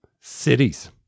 cities